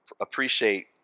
appreciate